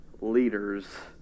leaders